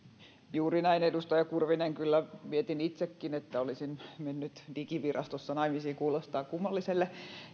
juuri näin edustaja kurvinen kyllä mietin itsekin että olen mennyt digivirastossa naimisiin kuulostaa kummalliselle